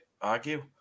argue